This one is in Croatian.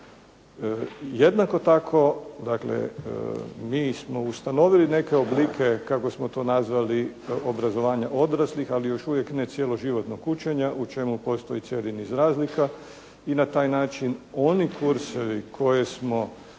Jednako tako dakle mi smo ustanovili neke oblike kako smo to nazvali obrazovanja odraslih ali još uvijek ne cjeloživotnog učenja u čemu postoji cijeli niz razlika i na taj način oni kursevi koje smo